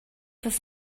his